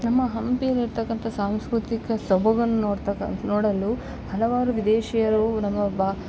ನಮ್ಮ ಹಂಪಿಯಲ್ಲಿ ಇರ್ತಕ್ಕಂತಹ ಸಾಂಸ್ಕೃತಿಕ ಸೊಬಗನ್ನು ನೋಡ್ತಕ ನೋಡಲು ಹಲವಾರು ವಿದೇಶಿಯರು ನಮ್ಮ ಬಾ